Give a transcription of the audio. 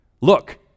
Look